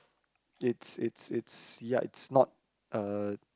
it's it's it's ya it's not uh